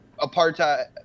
apartheid